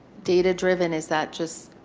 data-driven. is that just